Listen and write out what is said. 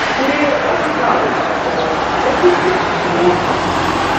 turėjau dafiga laiko pasiruošti bet vis tiek susimoviau